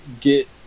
get